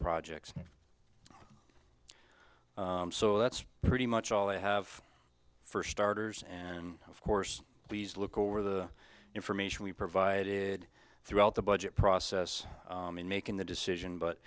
projects so that's pretty much all they have for starters and of course please look over the information we provided throughout the budget process in making the decision